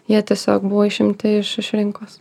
jie tiesiog buvo išimti iš iš rinkos